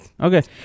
Okay